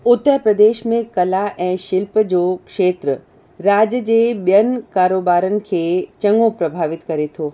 उत्तर प्रदेश में कला ऐं शिल्प जो खेत्र राज्य जे ॿियनि कारोबारनि खे चङो प्रभावित करे थो